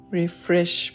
refresh